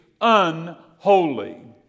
unholy